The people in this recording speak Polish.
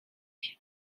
się